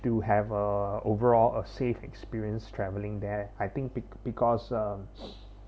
to have a overall a safe experience traveling there I think bec~ because um